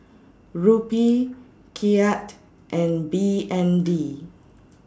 Rupee Kyat and B N D